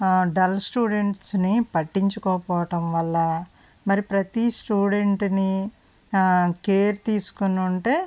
dull స్టూడెంట్స్ని పట్టించుకోకపోవడం వల్ల మరి ప్రతీ స్టూడెంట్ని కేర్ తీసుకుని ఉంటే